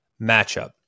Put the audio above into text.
matchup